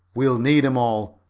we'll need em all.